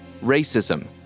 racism